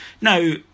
Now